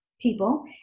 people